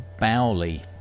Bowley